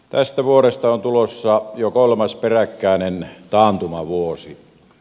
tästä vuodesta on tulossa jo kolmas peräkkäinen taantumavuosi